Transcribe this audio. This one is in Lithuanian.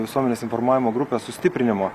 visuomenės informavimo grupės sustiprinimo